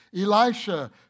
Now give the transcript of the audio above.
Elisha